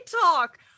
talk